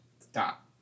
Stop